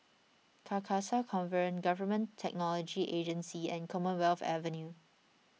Carcasa Convent Government Technology Agency and Commonwealth Avenue